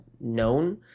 known